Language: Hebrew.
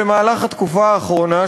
במהלך התקופה האחרונה,